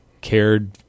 cared